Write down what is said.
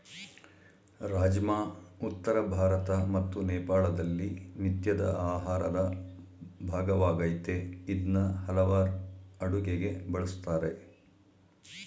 ರಾಜ್ಮಾ ಉತ್ತರ ಭಾರತ ಮತ್ತು ನೇಪಾಳದಲ್ಲಿ ನಿತ್ಯದ ಆಹಾರದ ಭಾಗವಾಗಯ್ತೆ ಇದ್ನ ಹಲವಾರ್ ಅಡುಗೆಗೆ ಬಳುಸ್ತಾರೆ